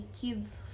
Kids